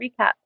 recap